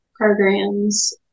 programs